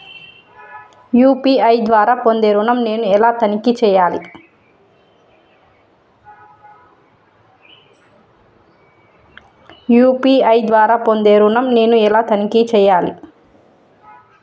UPI ద్వారా పొందే ఋణం నేను ఎలా తనిఖీ చేయాలి?